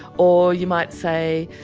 or you might say,